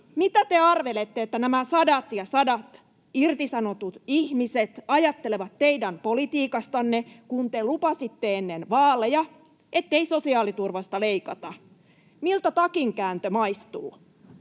mitä te arvelette, että nämä sadat ja sadat irtisanotut ihmiset ajattelevat teidän politiikastanne, kun te lupasitte ennen vaaleja, ettei sosiaaliturvasta leikata? Miltä takinkääntö maistuu?